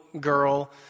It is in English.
girl